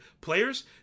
players